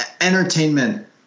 entertainment